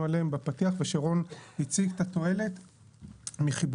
עליהם בפתיח ושרון הציג את התועלת מחיבורם.